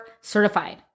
certified